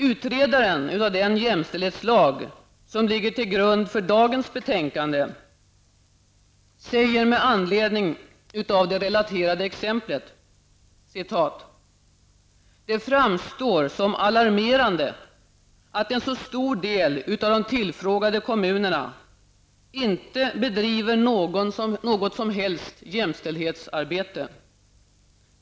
Utredaren av den jämställdhetslag som ligger till grund för dagens betänkande säger med anledning av det relaterade exemplet: ''Det framstår som alarmerande, att en så stor del av de tillfrågade kommunerna inte bedriver något som helst jämställdhetsarbete.